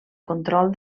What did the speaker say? control